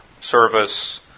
service